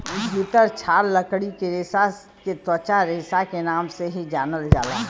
भितर छाल लकड़ी के रेसा के त्वचा रेसा के नाम से भी जानल जाला